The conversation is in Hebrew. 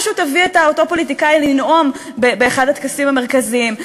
פשוט תביא את אותו פוליטיקאי לנאום באחד הטקסים המרכזיים.